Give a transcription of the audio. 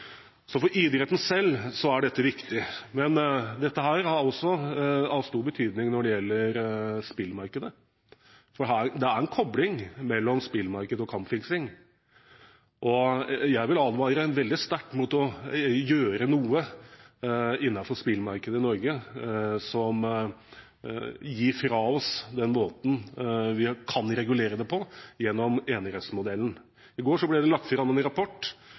Så for idretten selv er dette viktig. Dette er også av stor betydning når det gjelder spillmarkedet, for det er en kobling mellom spillmarkedet og kampfiksing. Jeg vil advare veldig sterkt mot å gjøre noe innenfor spillmarkedet i Norge som fratar oss den måten vi kan regulere dette på, nemlig gjennom enerettsmodellen. I går ble det lagt fram en rapport